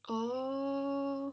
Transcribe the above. oo